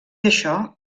això